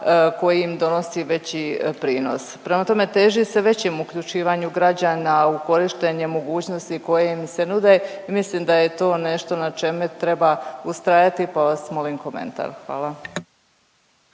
koji im donosi veći prinos. Prema tome teži se većem uključivanju građana u korištenje mogućnosti koje im se nude i mislim da je to nešto na čemu treba ustrajati pa vas molim komentar.